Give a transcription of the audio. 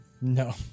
No